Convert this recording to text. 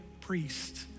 priest